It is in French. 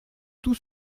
tous